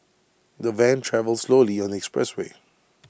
the van travelled slowly on the expressway